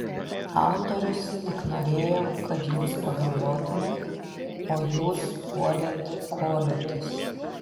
autorius tik norėjo kad jūs pagalvotumėt o jūs puolėt koliotis